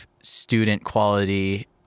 student-quality